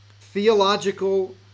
theological